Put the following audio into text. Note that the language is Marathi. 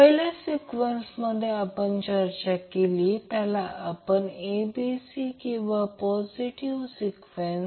पहिल्या सिक्वेन्समध्ये आपण चर्चा केली त्याला आपण म्हणतो abc किंवा पॉझिटिव्ह सिक्वेन्स